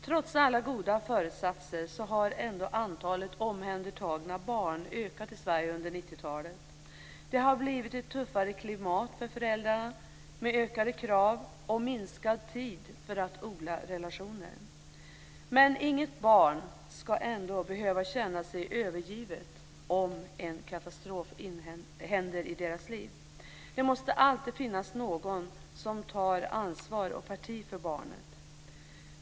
Trots alla goda föresatser har antalet omhändertagna barn ökat i Sverige under 90-talet. Det har blivit ett tuffare klimat för föräldrarna med ökade krav och minskad tid för att odla relationer. Inget barn ska ändå behöva känna sig övergivet om en katastrof inträffar i deras liv. Det måste alltid finnas någon som tar ansvar och parti för barnet.